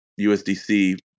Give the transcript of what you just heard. usdc